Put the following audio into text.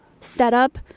setup